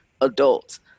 adults